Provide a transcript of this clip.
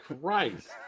Christ